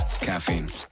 Caffeine